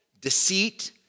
deceit